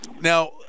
Now